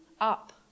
up